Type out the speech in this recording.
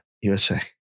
USA